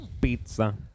Pizza